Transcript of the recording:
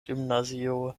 gimnazio